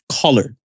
colored